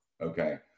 Okay